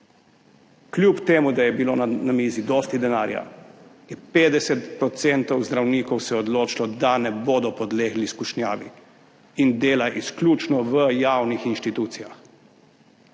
Kljub temu, da je bilo na mizi dosti denarja, se je 50 % zdravnikov odločilo, da ne bodo podlegli skušnjavi in delajo izključno v javnih institucijah.